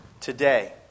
today